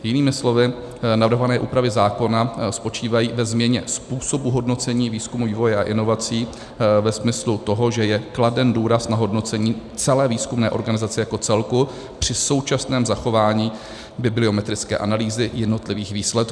Jinými slovy, navrhované úpravy zákona spočívají ve změně způsobu hodnocení výzkumu, vývoje a inovací ve smyslu toho, že je kladen důraz na hodnocení celé výzkumné organizace jako celku při současném zachování bibliometrické analýzy jednotlivých výsledků.